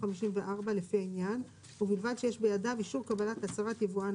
54 לפי העניין ובלבד שיש בידיו אישור קבלת הצהרת יבואן